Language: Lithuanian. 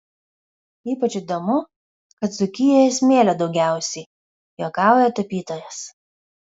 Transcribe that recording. ypač įdomu kad dzūkijoje smėlio daugiausiai juokauja tapytojas